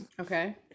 okay